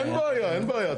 אין בעיה, אין בעיה.